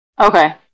Okay